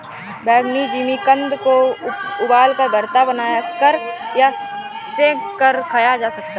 बैंगनी जिमीकंद को उबालकर, भरता बनाकर या सेंक कर खाया जा सकता है